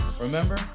Remember